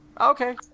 Okay